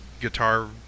guitar